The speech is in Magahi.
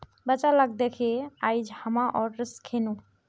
बच्चा लाक दखे आइज हामो ओट्स खैनु